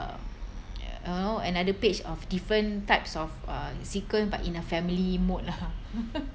uh you know another page of different types of uh sequence but in a family mode lah